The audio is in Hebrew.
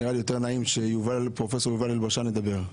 נראה לי שיותר נעים שפרופסור יובל אלבשן ידבר,